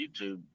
YouTube